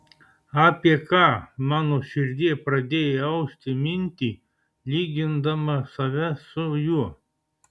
apie ką mano širdie pradėjai austi mintį lygindama save su juo